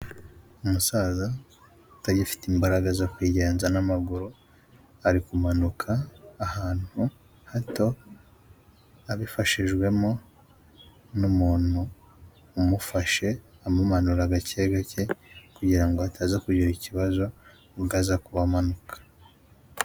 Umusaza utagifite imbaraga zo kwigenza n'amaguru ari kumanuka ahantu hato, abifashijwemo n'umuntu umufashe amumanura gake gake kugira ngo ataza kugira ikibazo ubwo aza kuba amanuka.